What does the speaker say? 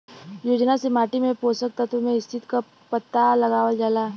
योजना से माटी में पोषक तत्व के स्थिति क पता लगावल जाला